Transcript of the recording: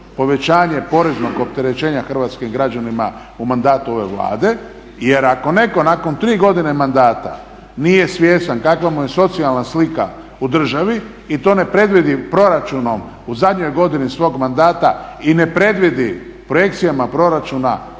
povećanje poreznog opterećenja hrvatskim građanima u mandatu ove Vlade. Jer ako netko nakon 3 godine mandata nije svjestan kakva mu je socijalna slika u državi i to ne predvidi proračunom u zadnjoj godini svog mandata i ne predvidi projekcijama proračuna